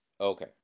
Okay